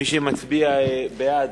מי שמצביע בעד,